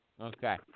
Okay